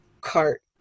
cart